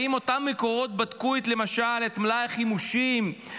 האם אותם מקורות בדקו למשל את מלאי החימושים?